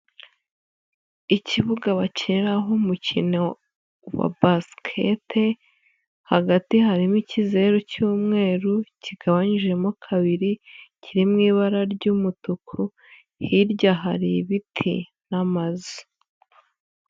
Ikibuga bakiniraho umukino wa basikete hagati harimo icyizeru cy'umweru kigabanyijemo kabiri, kiri mu ibara ry'umutuku, hirya hari ibiti n'amazu.